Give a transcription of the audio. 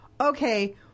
okay